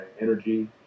energy